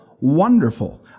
wonderful